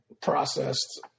processed